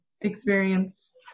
experience